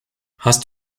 hast